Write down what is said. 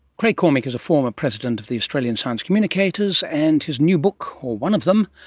craig cormick is a former president of the australian science communicators, and his new book, or one of them,